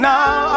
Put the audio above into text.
Now